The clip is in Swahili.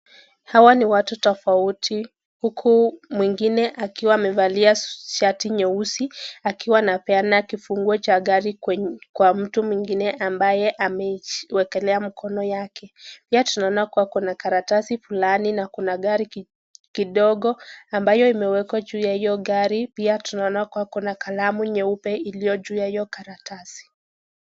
Hawa ni watu tofauti. Uku mwingine akiwa amevalia shati nyeusi, akiwa anapeana kifunguo cha gari kwa mtu mwingine ambaye amewekelea mkono yaki. Pia tunaona kuwa kuna karatasi fulani na kuna gari ndogo ambayo imewekwa juu ya hiyo gari, pia tunaona kuwa kuna kalamu nyeupe iliyo juu ya hiyo karatasi.